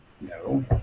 No